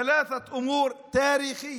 שלושה עניינים היסטוריים.